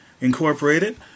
Incorporated